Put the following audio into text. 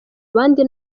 abandi